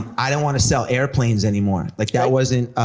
i didn't want to sell airplanes anymore. like that wasn't,